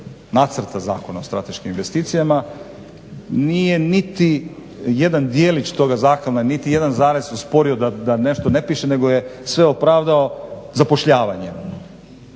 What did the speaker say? nacrta Zakona o strateškim investicijama nije niti jedan djelić toga zakona niti jedan zarez osporio da nešto ne piše nego je sve opravdao zapošljavanjem.